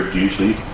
usually,